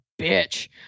bitch